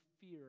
fear